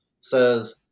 says